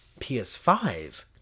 PS5